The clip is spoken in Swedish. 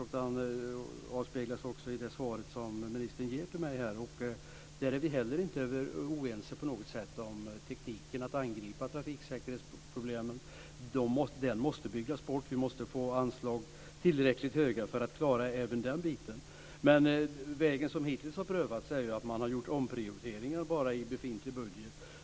Det avspeglas också i det svar som ministern ger till mig här. Där är vi heller inte på något sätt oense om tekniken för att angripa trafiksäkerhetsproblemen. De måste byggas bort. Vi måste få tillräckligt höga anslag för att klara även den biten. Men den väg som hittills har prövats är att man bara har gjort omprioriteringar i den befintliga budgeten.